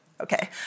okay